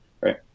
right